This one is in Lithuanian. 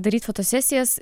daryt fotosesijas